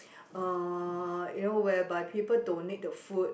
uh you know whereby people donate the food